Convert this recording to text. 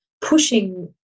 pushing